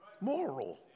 moral